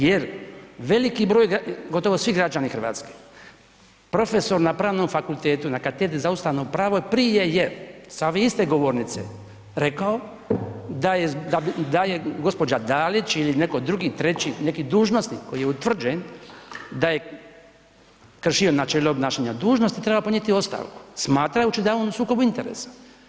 Jer veliki broj građana, gotovo svi građani Hrvatske, profesor na Pravnom fakultetu na Katedri za ustavno pravo je prije … [[ne razumije se]] sa ove iste govornice rekao da je, da bi, da je gospođa Dalić ili netko drugi, treći, neki dužnosnik koji je utvrđen da je kršio načelo obnašanja dužnosti trebao podnijeti ostavku smatrajući da je on u sukobu interesa.